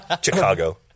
Chicago